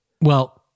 Well-